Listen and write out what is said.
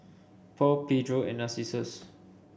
Paul Pedro and Narcissus